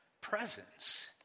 presence